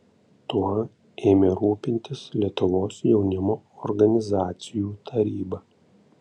tuo ėmė rūpintis lietuvos jaunimo organizacijų taryba